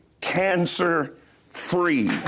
cancer-free